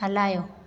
हलायो